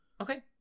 Okay